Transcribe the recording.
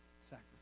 sacrifice